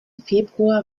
februar